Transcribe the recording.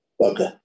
Okay